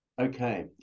Okay